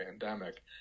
pandemic